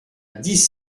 dix